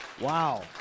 wow